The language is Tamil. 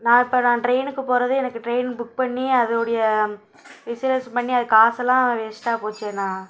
நான் இப்போ நான் ட்ரெயினுக்கு போறதே எனக்கு ட்ரெயின் புக் பண்ணி அதோடைய ரிசர்வேஷன் பண்ணி அது காசெல்லாம் வேஸ்ட்டாக போச்சேண்ணா